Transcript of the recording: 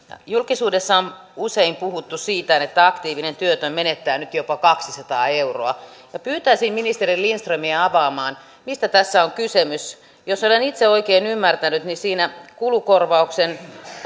julkisuudessa on usein puhuttu siitä että aktiivinen työtön menettää nyt jopa kaksisataa euroa pyytäisin ministeri lindströmiä avaamaan mistä tässä on kysymys jos olen itse oikein ymmärtänyt niin siinä kulukorvaukseen